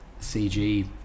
CG